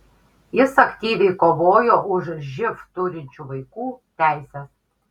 jis aktyviai kovojo už živ turinčių vaikų teises